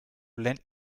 lend